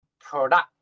product